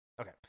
okay